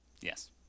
Yes